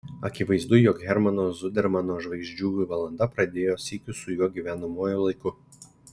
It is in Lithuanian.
akivaizdu jog hermano zudermano žvaigždžių valanda praėjo sykiu su jo gyvenamuoju laiku